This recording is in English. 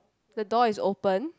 the door is open